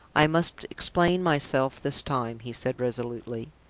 i must explain myself this time, he said, resolutely.